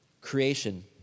creation